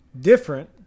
different